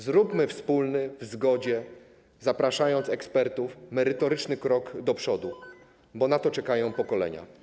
Zróbmy wspólnie, w zgodzie, zapraszając ekspertów, merytoryczny krok do przodu, bo na to czekają pokolenia.